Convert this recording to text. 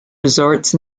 resorts